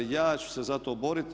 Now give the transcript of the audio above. Ja ću se za to boriti.